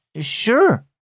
sure